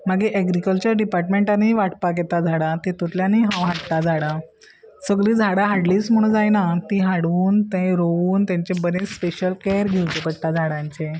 मागी एग्रीकल्चर डिपार्टमेंटानूय वाटपाक येता झाडां तितूतल्यानूय हांव हाडटा झाडां सगळीं झाडां हाडलीच म्हूण जायना ती हाडून तें रोवन तांचे बरें स्पेशल केअर घेवचे पडटा झाडांचे